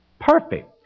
Perfect